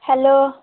hello